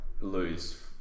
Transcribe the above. lose